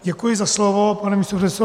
Děkuji za slovo, pane místopředsedo.